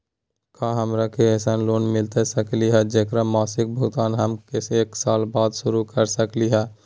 का हमरा के ऐसन लोन मिलता सकली है, जेकर मासिक भुगतान हम एक साल बाद शुरू कर सकली हई?